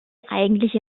eigentliche